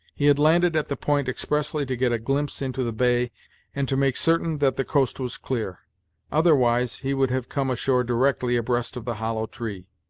he had landed at the point expressly to get a glimpse into the bay and to make certain that the coast was clear otherwise he would have come ashore directly abreast of the hollow tree.